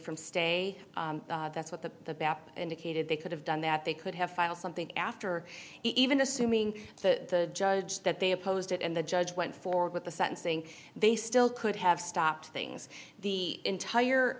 from stay that's what the indicated they could have done that they could have filed something after even assuming the judge that they opposed it and the judge went forward with the sentencing they still could have stopped things the entire